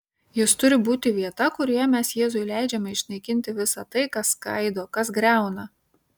jis turi būti vieta kurioje mes jėzui leidžiame išnaikinti visa tai kas skaido kas griauna